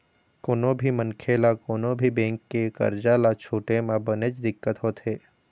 कोनो भी मनखे ल कोनो भी बेंक के करजा ल छूटे म बनेच दिक्कत होथे